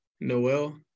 Noel